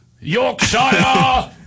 Yorkshire